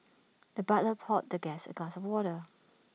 the butler poured the guest A glass of water